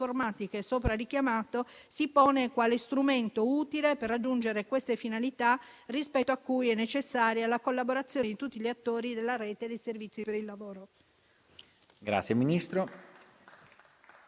informatiche sopra richiamato si pone quale strumento utile per raggiungere queste finalità, rispetto a cui è necessaria la collaborazione di tutti gli attori della rete dei servizi per il lavoro.